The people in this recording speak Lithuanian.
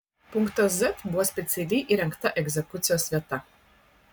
punktas z buvo specialiai įrengta egzekucijos vieta